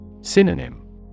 Synonym